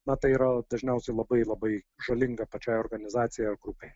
na tai yra dažniausiai labai labai žalinga pačiai organizacijai ar grupei